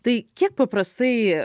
tai kiek paprastai